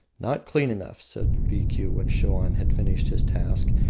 not clean enough, said rikiu, when shoan had finished his task,